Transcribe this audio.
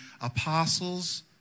apostles